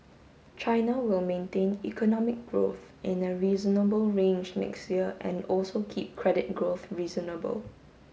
China will maintain economic growth in a reasonable range next year and also keep credit growth reasonable